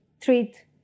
treat